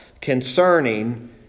concerning